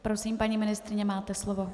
Prosím, paní ministryně, máte slovo.